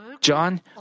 John